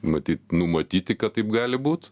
matyt numatyti kad taip gali būt